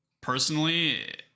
personally